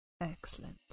excellent